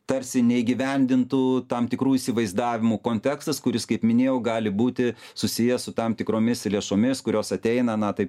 tarsi neįgyvendintų tam tikrų įsivaizdavimų kontekstas kuris kaip minėjau gali būti susijęs su tam tikromis lėšomis kurios ateina na taip